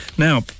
Now